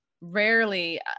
rarely